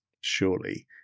surely